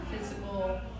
physical